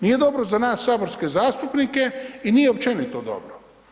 Nije dobro za nas saborske zastupnike i nije općenito dobro.